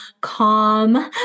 calm